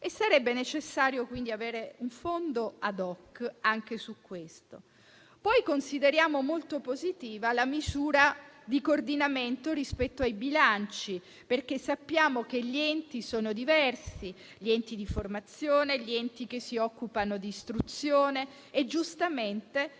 e sarebbe necessario, quindi, avere un fondo *ad hoc* anche per questo. Consideriamo molto positiva poi la misura di coordinamento rispetto ai bilanci, perché sappiamo che gli enti sono diversi - gli enti di formazione, gli enti che si occupano di istruzione - e giustamente